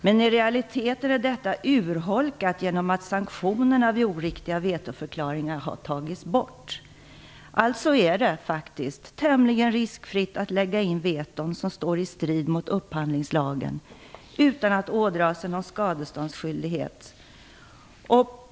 Men i realiteten är detta urholkat genom att sanktionerna vid oriktiga vetoförklaringar har tagits bort. Det är alltså tämligen riskfritt att lägga in veton som står i strid mot upphandlingslagen utan att ådra sig någon skadeståndsskyldighet.